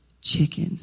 chicken